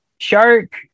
shark